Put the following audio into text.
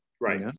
Right